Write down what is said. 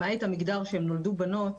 למעט המגדר שהן נולדו בנות,